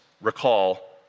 recall